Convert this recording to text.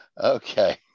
okay